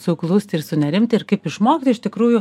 suklusti ir sunerimti ir kaip išmokti iš tikrųjų